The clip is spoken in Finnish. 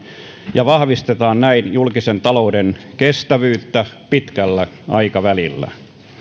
ja näin vahvistetaan julkisen talouden kestävyyttä pitkällä aikavälillä